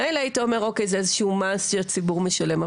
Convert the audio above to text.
מילא היית אומר שזה איזשהו מס שהציבור משלם,